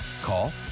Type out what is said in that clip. Call